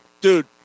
dude